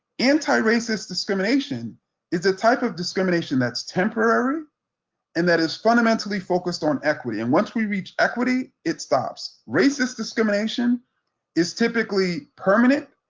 anti-racist discrimination is the type of discrimination that's temporary and that is fundamentally focused on equity, and once we reach equity it stops. racist discrimination is typically permanent.